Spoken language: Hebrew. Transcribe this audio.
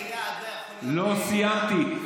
לא סיימתי.